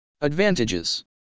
Advantages